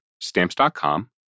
Stamps.com